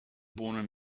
born